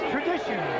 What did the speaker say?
Tradition